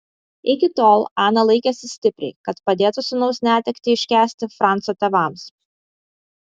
iki tol ana laikėsi stipriai kad padėtų sūnaus netektį iškęsti franco tėvams